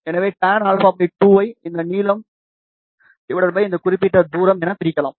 எனவே tan α 2 ஐ இந்த நீளம் இந்த குறிப்பிட்ட தூரம் என பிரிக்கலாம்